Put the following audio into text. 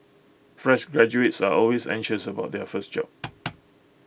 fresh graduates are always anxious about their first job